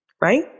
right